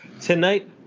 Tonight